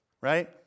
right